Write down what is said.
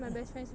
!huh!